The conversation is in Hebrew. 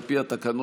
על פי התקנון,